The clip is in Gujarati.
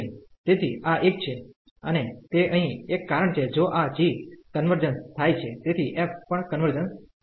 તેથી આ એક છે અને તે અહીં એક કારણ છે જો આ g કન્વર્જન્સ થાય છે તેથી f પણ કન્વર્જન્સ થશે